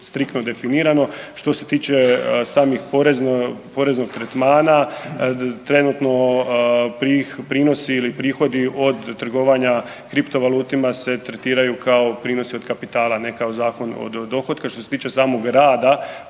striktno definirano. Što se tiče samih poreznih tretmana trenutno prinosi ili prihodi od trgovanja kriptovalutima se tretiraju kao prinosi od kapitala, a ne kao Zakon o dohotku. Što se tiče samoga rada